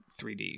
3D